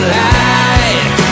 light